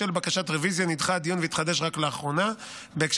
התשפ"ג 2023. תודה.